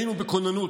היינו בכוננות,